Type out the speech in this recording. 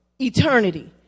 eternity